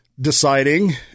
deciding